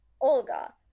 Olga